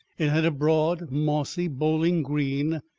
it had a broad mossy bowling-green,